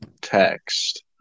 text